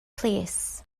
plîs